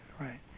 right